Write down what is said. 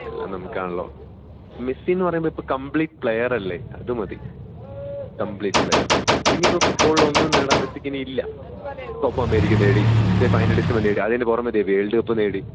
എല്ലാം നമുക്കാണല്ലോ മെസ്സിയെന്ന് പറയുമ്പോള് ഇപ്പോള് കമ്പ്ലീറ്റ് പ്ലെയറല്ലേ അതുമതി കമ്പ്ലീറ്റ് പ്ലെയർ ഇനിയിപ്പം ഫുട്ബോളിൽ ഒന്നും നേടാന് മെസ്സിക്കിനിയില്ല കോപ്പ അമേരിക്ക നേടി നേടി അതിനുപുറമേ ഇതാ വേൾഡ് കപ്പ് നേടി